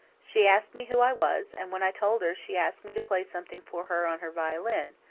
she asked me who i was, and when i told her she asked me to play something for her on her violin,